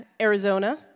Arizona